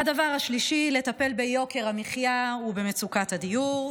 הדבר השלישי, לטפל ביוקר המחיה ובמצוקת הדיור.